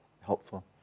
helpful